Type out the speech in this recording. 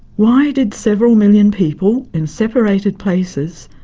why did several million people in separated places,